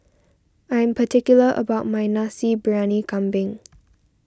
I am particular about my Nasi Briyani Kambing